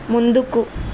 ముందుకు